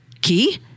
key